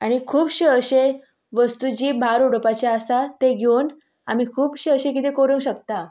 आनी खुबशे अशें वस्तू जी भायर उडोपाची आसा तें घेवन आमी खुबशें अशें कितें करूंक शकता